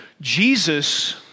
Jesus